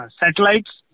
satellites